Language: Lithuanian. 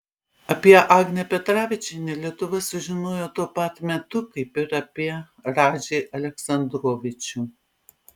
apie agnę petravičienę lietuva sužinojo tuo pat metu kaip ir apie radžį aleksandrovičių